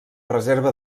reserva